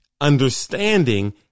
understanding